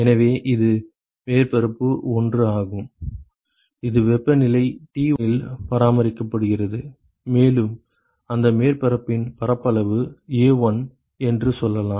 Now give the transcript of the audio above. எனவே இது மேற்பரப்பு 1 ஆகும் இது வெப்பநிலை T1 இல் பராமரிக்கப்படுகிறது மேலும் அந்த மேற்பரப்பின் பரப்பளவு A1 என்று சொல்லலாம்